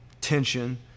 tension